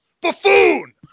buffoon